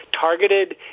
targeted